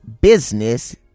business